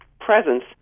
presence